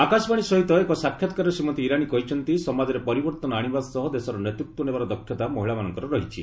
ଆକାଶବାଣୀ ସହିତ ଏକ ସାକ୍ଷାତକାରରେ ଶ୍ରୀମତୀ ଇରାନୀ କହିଛନ୍ତି ସମାଜରେ ପରିବର୍ଭନ ଆଶିବା ସହ ଦେଶର ନେତୃତ୍ୱ ନେବାର ଦକ୍ଷତା ମହିଳାଙ୍କର ରହିଛି